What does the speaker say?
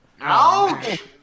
Ouch